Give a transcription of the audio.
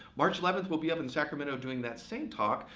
march eleventh, we'll be up in sacramento doing that same talk.